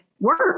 work